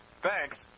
Thanks